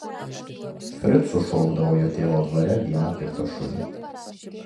fricu šaukdavo jo tėvo dvare vieną piktą šunį